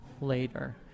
later